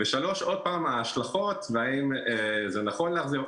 ושלישית ההשלכות והאם זה נכון להחזיר.